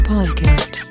Podcast